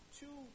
two